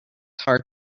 hard